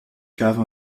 cave